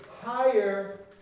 higher